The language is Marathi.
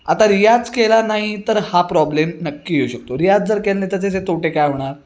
आता रियाज केला नाही तर हा प्रॉब्लेम नक्की येऊ शकतो रियाज जर केला नाही तर जे तोटे काय होणार